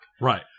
Right